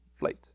Flight